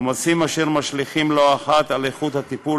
עומסים אשר משליכים לא אחת על איכות הטיפול